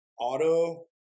auto